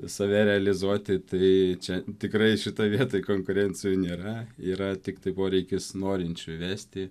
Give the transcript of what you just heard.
save realizuoti tai čia tikrai šitoj vietoj konkurencijų nėra yra tiktai poreikis norinčių vesti